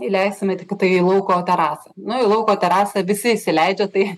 įleisime tiktai į lauko terasą nu į lauko terasą visi įsileidžia tai